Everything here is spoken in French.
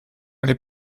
n’est